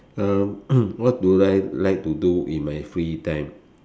uh what do I like to do in my free time